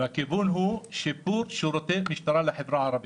הכיוון הוא שיפור שירותי משטרה לחברה הערבית.